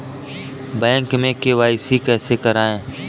Bank में KYC कैसे करायें?